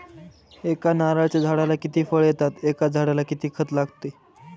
एका नारळाच्या झाडाला किती फळ येतात? एका झाडाला किती खत लागते?